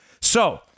So-